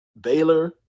Baylor